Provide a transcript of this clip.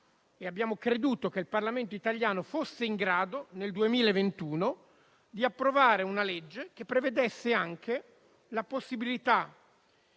abbiamo creduto che il Parlamento italiano fosse in grado, nel 2021, di approvare una legge che prevedesse anche la possibilità